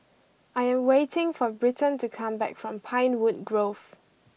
I am waiting for Britton to come back from Pinewood Grove